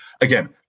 Again